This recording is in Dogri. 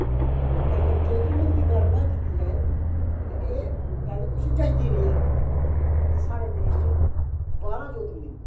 ते अगर जोत्तरूलिंग दी गल्ल ना कीती जाए ते एह् गल्ल कुछ जचदी निं ऐ ते साढ़े देश च बारां जोत्तरी लिंग न